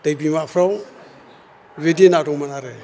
दै बिमाफ्राव बिदि ना दंमोन आरो